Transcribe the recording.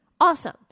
Awesome